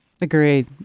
Agreed